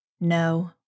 No